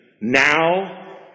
Now